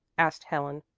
asked helen.